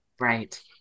Right